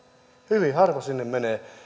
hyvin harva sinne menee